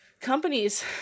companies